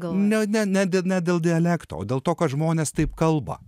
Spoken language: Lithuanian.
gal ne ne ne dėl ne dėl dialekto o dėl to kad žmonės taip kalba